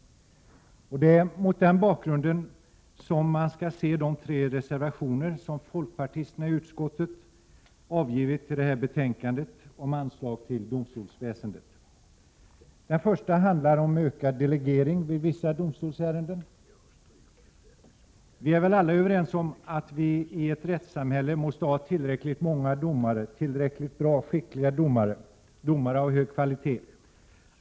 1987/88:100 den bakgrunden man skall se de tre reservationer som folkpartisterna i 14 april 1988 utskottet avgivit till detta betänkande om anslag till domstolsväsendet. IRA PS nt An Den första reservationen handlar om ökad delegering av vissa domstolsärenden. Vi är väl alla överens om att vi i ett rättssamhälle måste ha tillräckligt många domare och skickliga domare av hög kvalitet.